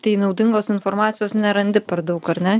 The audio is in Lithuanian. tai naudingos informacijos nerandi per daug ar ne